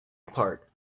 apart